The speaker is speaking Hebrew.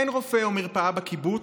אין רופא או מרפאה בקיבוץ,